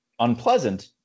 unpleasant